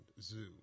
Zoo